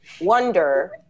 wonder